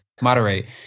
Moderate